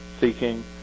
seeking